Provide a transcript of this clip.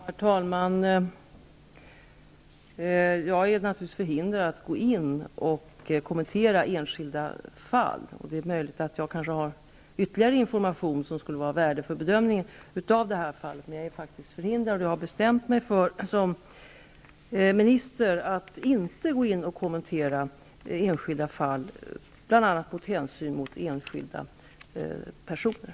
Herr talman! Jag är naturligtvis förhindrad att gå in och kommentera en skilda fall. Det är möjligt att jag har ytterligare information som skulle vara av värde för bedömningen av det här fallet, men jag är faktiskt förhindrad att redovisa dessa uppgifter. Jag har bestämt mig för att som statsråd inte kommentera enskilda fall, bl.a. av hänsyn till de enskilda personerna.